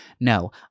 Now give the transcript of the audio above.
No